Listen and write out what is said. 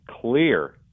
clear